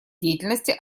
деятельности